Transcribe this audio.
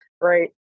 right